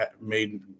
made